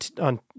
on